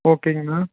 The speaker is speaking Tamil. ஓகேங்கண்ணா